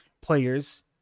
players